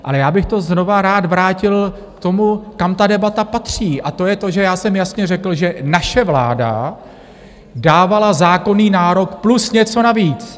Ale já bych to znovu rád vrátil k tomu, kam ta debata patří, a to je to, že já jsem jasně řekl, že naše vláda dávala zákonný nárok plus něco navíc!